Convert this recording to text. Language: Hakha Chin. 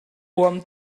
huam